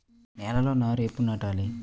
నేలలో నారు ఎప్పుడు నాటాలి?